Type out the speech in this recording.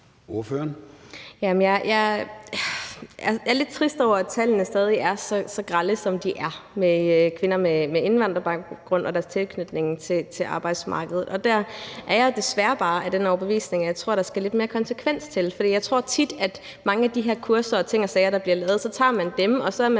jeg er lidt trist over, at tallene stadig er så grelle, som de er, for kvinder med indvandrerbaggrund og deres tilknytning til arbejdsmarkedet. Og der er jeg desværre bare af den overbevisning, at der skal lidt mere konsekvens til, for jeg tror tit, det er sådan i forhold til mange af de her kurser og ting og sager, der bliver lavet, at så tager man dem, og så er man